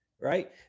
right